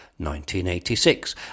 1986